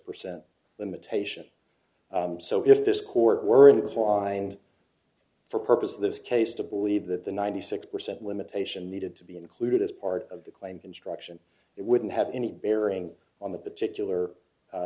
percent limitation so if this court were in the swine for purposes of this case to believe that the ninety six percent limitation needed to be included as part of the claim construction it wouldn't have any bearing on the particular